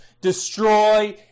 destroy